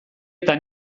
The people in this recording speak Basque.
eta